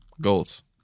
goals